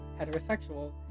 heterosexual